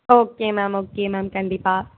okay ma'am okay ma'am கண்டிப்பாக